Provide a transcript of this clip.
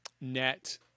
net